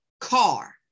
car